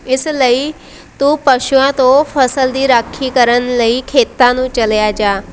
ਇਸ ਲਈ ਤੂੰ ਪਸ਼ੂਆਂ ਤੋਂ ਫਸਲ ਦੀ ਰਾਖੀ ਕਰਨ ਲਈ ਖੇਤਾਂ ਨੂੰ ਚਲਿਆ ਜਾ